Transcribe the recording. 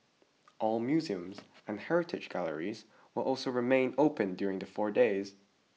all museums and heritage galleries will also remain open during the four days